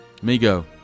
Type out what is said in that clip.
Migo